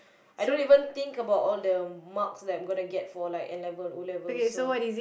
I don't even think about all the marks that I'm gonna get for like N-level and O-level so